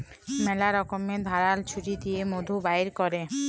ম্যালা রকমের ধারাল ছুরি দিঁয়ে মধু বাইর ক্যরে